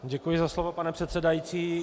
Děkuji za slovo, pane předsedající.